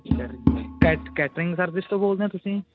cat catering service ਤੋਂ ਬੋਲਦੇ ਆ ਤੁਸੀਂ